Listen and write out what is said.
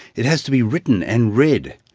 it has to be written, and read,